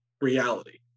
reality